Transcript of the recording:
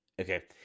okay